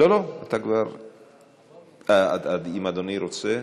לא, לא, אתה כבר, אם אדוני רוצה,